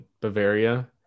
Bavaria